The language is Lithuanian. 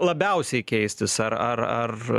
labiausiai keistis ar ar ar